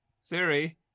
Siri